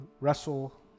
wrestle